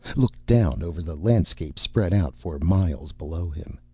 looked down over the landscape spread out for miles below him.